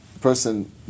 person